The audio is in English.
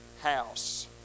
house